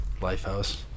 Lifehouse